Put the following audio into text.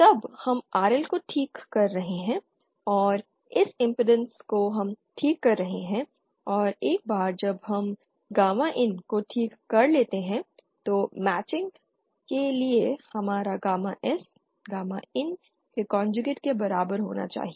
तब हम RL को ठीक कर रहे हैं या इस इम्पीडेन्स को हम ठीक कर रहे हैं और एक बार जब हम गामा IN को ठीक कर लेते हैं तो मैचिंग के लिए हमारा गामा S गामा IN के कोंजूगेट के बराबर होना चाहिए